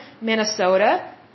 Minnesota